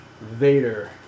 Vader